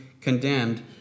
condemned